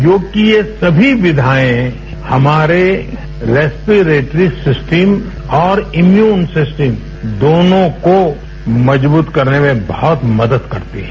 योग की ये सभी विधाएं हमारे रेस्पेरेट्री सिस्टम और इम्युनिटी सिस्टम दोनों को मजबूत करने में बहुत मदद करता है